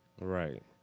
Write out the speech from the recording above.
Right